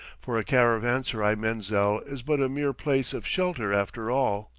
for a caravanserai menzil is but a mere place of shelter after all.